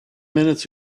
minutes